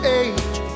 age